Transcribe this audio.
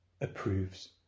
approves